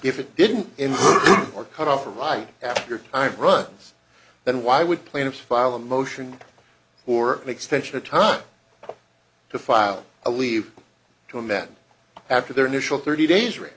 if it didn't in or cut off or right after time runs then why would plaintiff filed a motion for an extension of time to file a leave to amend after their initial thirty days rate